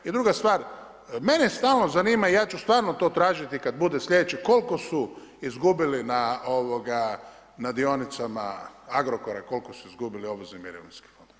I druga, mene stalno zanima, ja ću stvarno to tražiti kad bude slijedeće, koliko su izgubili na dionicama Agrokora, koliko su izgubili obvezni mirovinski fondovi.